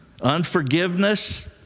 unforgiveness